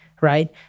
right